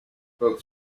both